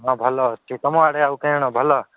ହଁ ଭଲ ଅଛି ତମ ଆଡ଼େ ଆଉ କାଣ ଭଲ